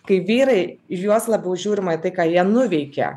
kai vyrai į juos labiau žiūrima į tai ką jie nuveikė